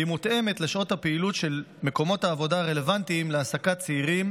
והיא מותאמת לשעות הפעילות של מקומות העבודה הרלוונטיים להעסקת צעירים